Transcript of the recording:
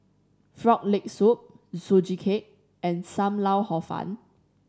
Frog Leg Soup Sugee Cake and Sam Lau Hor Fun